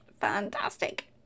fantastic